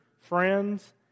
friends